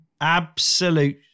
Absolute